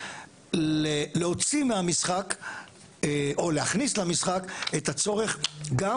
להוציא מהמשחק או להכניס למשחק את הצורך גם